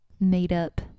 made-up